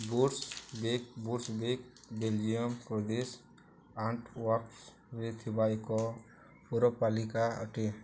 Boersbeek Borsbeek Belgium ପ୍ରଦେଶ ଆଣ୍ଟୱର୍ପସରେ ଥିବା ଏକ ପୌରପାଲିକା ଅଟେ